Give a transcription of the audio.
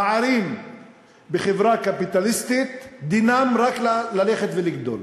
פערים בחברה קפיטליסטית דינם רק ללכת ולגדול.